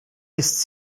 ist